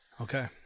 Okay